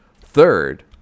third